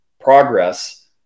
progress